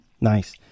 Nice